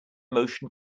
motion